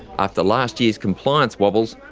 after last year's compliance wobbles,